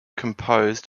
composed